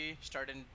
started